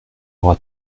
aura